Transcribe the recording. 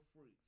free